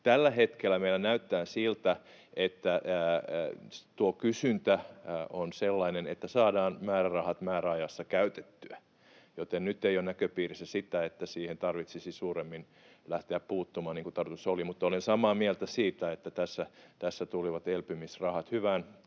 Tällä hetkellä meillä näyttää siltä, että tuo kysyntä on sellainen, että saadaan määrärahat määräajassa käytettyä, joten nyt ei ole näköpiirissä sitä, että siihen tarvitsisi suuremmin lähteä puuttumaan, niin kuin tarkoitus oli, mutta olen samaa mieltä siitä, että tässä tulivat elpymisrahat hyvään